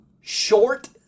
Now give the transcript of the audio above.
short